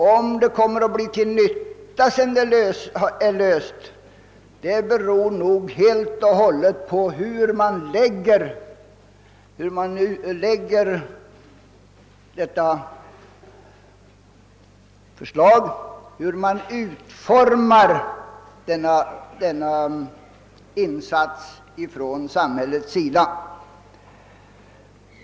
Om det blir till nytta sedan det genomförts beror nog helt och hållet på hur man utformar denna insats från samhällets sida.